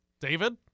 David